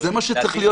אז זה מה שצריך להיות